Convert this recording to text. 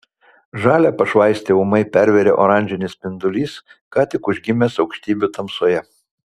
žalią pašvaistę ūmai pervėrė oranžinis spindulys ką tik užgimęs aukštybių tamsoje